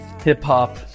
hip-hop